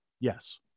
Yes